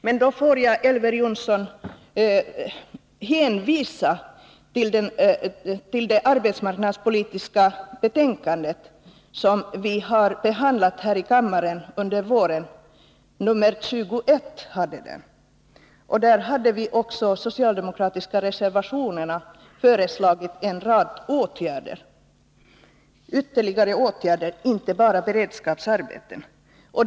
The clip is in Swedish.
Men då får jag, Elver Jonsson, hänvisa till arbetsmarknadsutskottets betänkande 21, som behandlades här i kammaren under våren. Där hade vi i de socialdemokratiska reservationerna föreslagit en rad ytterligare åtgärder, inte bara beredskapsarbeten.